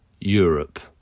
Europe